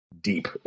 deep